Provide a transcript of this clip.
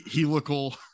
helical